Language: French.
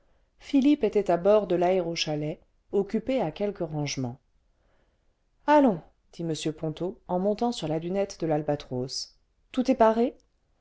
philippe était à bord de laéro chalet occupé à quelques rangements ce allons dit m ponto en montant sur la dunette de y albatros tout est paré